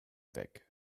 weg